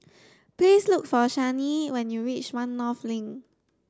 please look for Shani when you reach One North Link